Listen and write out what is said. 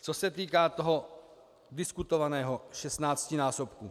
Co se týká toho diskutovaného šestnáctinásobku.